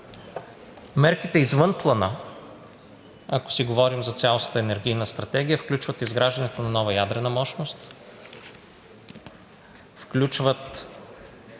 Мерките извън Плана, ако си говорим за цялостната енергийна стратегия, включват изграждането на нова ядрена мощност, включват